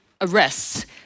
arrests